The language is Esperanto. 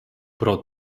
pro